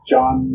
John